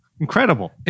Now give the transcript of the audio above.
incredible